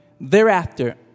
Thereafter